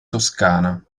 toscana